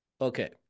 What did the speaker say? Okay